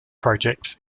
projects